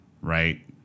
right